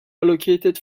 allocated